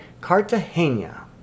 Cartagena